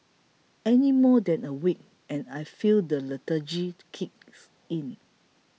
any more than a week and I feel the lethargy kick in